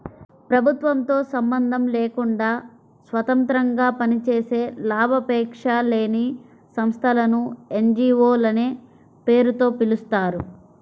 ప్రభుత్వంతో సంబంధం లేకుండా స్వతంత్రంగా పనిచేసే లాభాపేక్ష లేని సంస్థలను ఎన్.జీ.వో లనే పేరుతో పిలుస్తారు